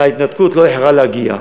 וההתנתקות לא איחרה להגיע.